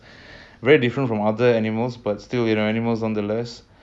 to put it to put it bluntly it's like it's like